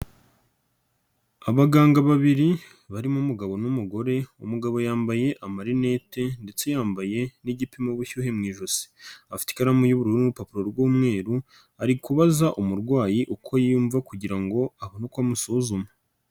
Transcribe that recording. Abaganga babiri barimo umugabo n'umugore umugabo yambaye amarinete ndetse yambaye n'igipima ububushyuhe mu ijosi, afate ikaramu yubururu n'urupapuro rw'umweru, ari kubaza umurwayi uko yiyumva kugira ngo abone uko amusuzuma.